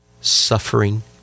suffering